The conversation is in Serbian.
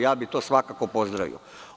Ja bih to svakako pozdravio.